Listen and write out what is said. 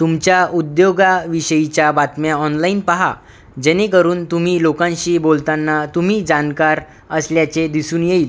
तुमच्या उद्योगाविषयीच्या बातम्या ऑनलाईन पहा जेणेकरून तुम्ही लोकांशी बोलताना तुम्ही जाणकार असल्याचे दिसून येईल